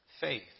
faith